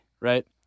right